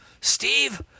Steve